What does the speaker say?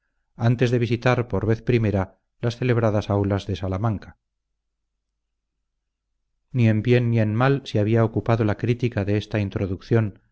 antes de visitar por vez primera las celebradas aulas de salamanca ni en bien ni en mal se había ocupado la crítica de esta producción